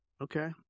Okay